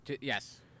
yes